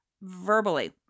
verbally